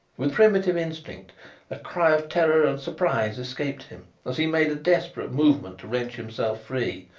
with primitive instinct a cry of terror and surprise escaped him as he made a desperate movement to wrench himself free,